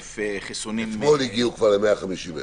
חיסונים --- אתמול הגיעו כבר ל-150,000.